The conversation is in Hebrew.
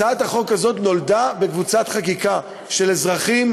הצעת החוק הזו נולדה בקבוצת חקיקה של אזרחים